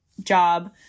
job